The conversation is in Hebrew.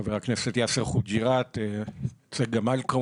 חבר הכנסת יאסר חוג'יראת, צגה מלקו